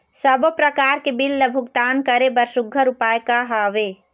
सबों प्रकार के बिल ला भुगतान करे बर सुघ्घर उपाय का हा वे?